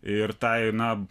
ir tai na